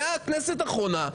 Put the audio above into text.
היתה הכנסת האחרונה,